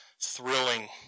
thrilling